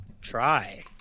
try